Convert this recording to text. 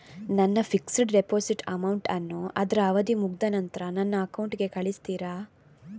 ನನ್ನ fixed deposit amount ಅನ್ನು ಅದ್ರ ಅವಧಿ ಮುಗ್ದ ನಂತ್ರ ನನ್ನ ಅಕೌಂಟ್ ಗೆ ಕಳಿಸ್ತೀರಾ?